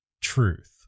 truth